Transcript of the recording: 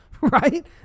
right